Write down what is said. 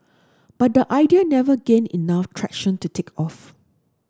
but the idea never gained enough traction to take off